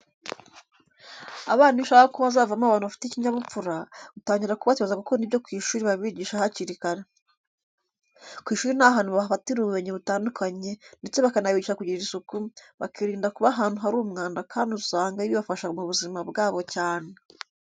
Abana iyo ushaka ko bazavamo abantu bafite ikinyabupfura, utangira kubatoza gukunda ibyo ku ishuri babigisha hakiri kare. Ku ishuri ni ahantu bafatira ubumenyi butandukanye ndetse bakanabigisha kugira isuku, bakirinda kuba ahantu hari umwanda kandi usanga bibafasha mu buzima bwabo cyane.